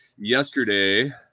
yesterday